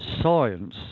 science